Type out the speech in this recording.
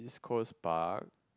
Coast Park